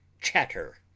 chatter